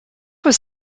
was